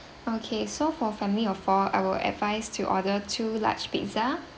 okay so for family of four I will advice to order two large pizza